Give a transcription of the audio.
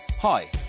Hi